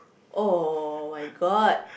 oh-my-god